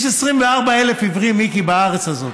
יש 24,000 עיוורים, מיקי, בארץ הזאת,